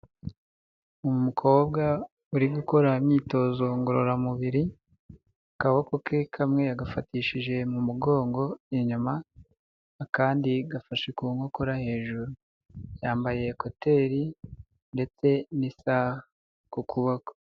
Umukobwa uri gukora imyitozo ngororamubiri, akaboko ke kamwe yagafatishije mu mugongo inyuma akandi gafashe ku nkokora hejuru yambaye ekuteri ndetse n'isaha ku kuboko.